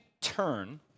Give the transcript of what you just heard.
turn